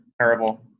terrible